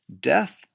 death